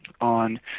on